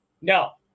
No